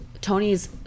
Tony's